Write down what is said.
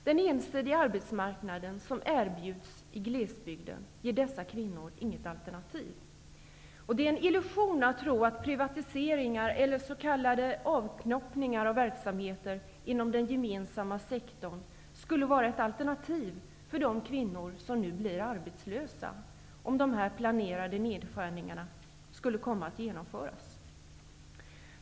Den ensidiga arbetsmarknad som erbjuds i glesbygden ger dessa kvinnor inget alternativ. Det är en illusion att tro att privatisering, eller s.k. avknoppning, av verksamheter inom den gemensamma sektorn skulle vara ett alternativ för de kvinnor som blir arbetslösa om de planerade nedskärningarna genomförs.